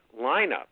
lineup